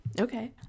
Okay